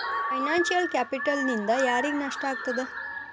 Financial ಕ್ಯಾಪಿಟಲ್ನಿಂದಾ ಯಾರಿಗ್ ನಷ್ಟ ಆಗ್ತದ?